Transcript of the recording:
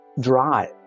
drive